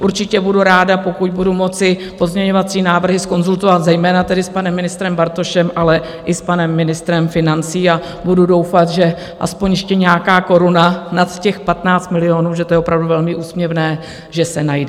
Určitě budu ráda, pokud budu moci pozměňovací návrhy zkonzultovat, zejména tedy s panem ministrem Bartošem, ale i s panem ministrem financí, a budu doufat, že aspoň ještě nějaká koruna nad těch 15 milionů, protože to je opravdu velmi úsměvné, se najde.